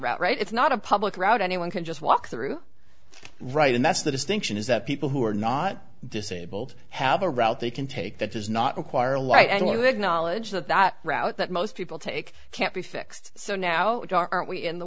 route right it's not a public route anyone can just walk through right and that's the distinction is that people who are not disabled have a route they can take that does not require light and would knowledge that that route that most people take can't be fixed so now aren't we in the